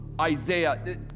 Isaiah